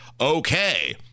okay